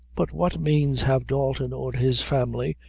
but what means have dalton or his family,